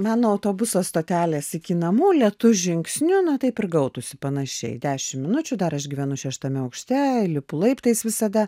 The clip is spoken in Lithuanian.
mano autobuso stotelės iki namų lėtu žingsniu nu taip ir gautųsi panašiai dešim minučių dar aš gyvenu šeštame aukšte lipu laiptais visada